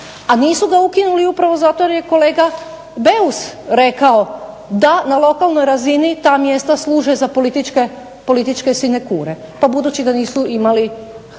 A nisu ga ukinuli upravo zato jer je kolega Beus rekao da na lokalnoj razini ta mjesta služe za političke sinekure. Pa budući da nisu imali snage,